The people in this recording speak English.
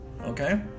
Okay